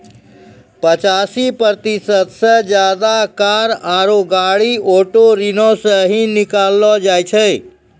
पचासी प्रतिशत से ज्यादे कार आरु गाड़ी ऑटो ऋणो से ही किनलो जाय छै